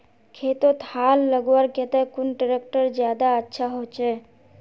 खेतोत हाल लगवार केते कुन ट्रैक्टर ज्यादा अच्छा होचए?